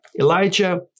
Elijah